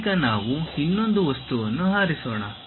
ಈಗ ನಾವು ಇನ್ನೊಂದು ವಸ್ತುವನ್ನು ಆರಿಸೋಣ